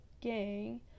gang